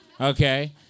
okay